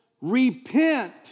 repent